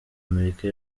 amerika